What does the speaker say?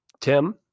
Tim